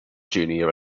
junior